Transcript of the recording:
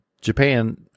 Japan